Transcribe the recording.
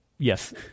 Yes